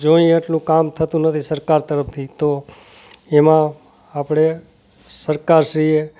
જોઈએ એટલું કામ થતું નથી સરકાર તરફથી તો એમાં આપણે સરકારશ્રીએ